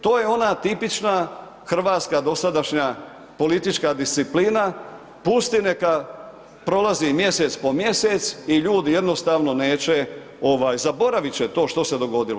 To je ona tipična hrvatska dosadašnja politička disciplina, pusti neka prolazi mjesec po mjesec i ljudi jednostavno neće, zaboraviti će to što se dogodilo.